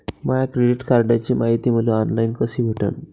माया credit कार्डची मायती मले ऑनलाईन कसी भेटन?